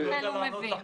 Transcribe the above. הוא לא יידע לענות לך,